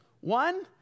One